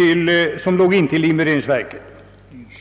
lokaler intill linberedningsverket kunde hyras av kommunen.